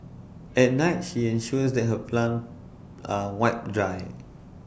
at night she ensures that her plant are wiped dry